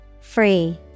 Free